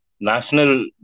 national